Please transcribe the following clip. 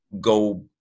go